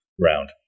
round